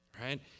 right